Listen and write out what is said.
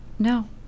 No